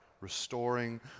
restoring